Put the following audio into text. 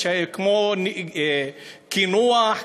כמו קינוח,